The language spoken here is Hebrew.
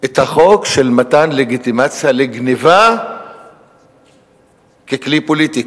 את החוק של מתן לגיטימציה לגנבה ככלי פוליטי,